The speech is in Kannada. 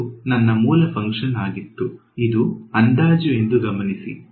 ಇದು ನನ್ನ ಮೂಲ ಫಂಕ್ಷನ್ ಆಗಿತ್ತು ಇದು ಅಂದಾಜು ಎಂದು ಗಮನಿಸಿ